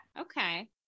Okay